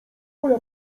moja